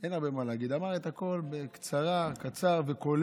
אין הרבה מה להגיד, אמר את הכול בקצרה, קצר וקולע.